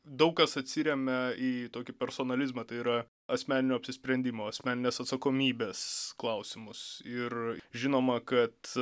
daug kas atsiremia į tokį personalizmą tai yra asmeninio apsisprendimo asmeninės atsakomybės klausimus ir žinoma kad